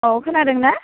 औ खोनादों ना